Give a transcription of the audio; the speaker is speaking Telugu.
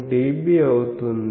47dB అవుతుంది